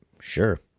Sure